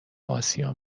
آسیا